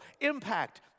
impact